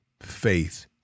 faith